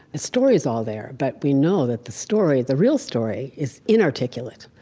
a story is all there, but we know that the story, the real story is inarticulate.